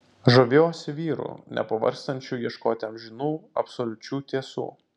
žaviuosi vyru nepavargstančiu ieškoti amžinų absoliučių tiesų